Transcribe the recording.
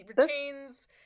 retains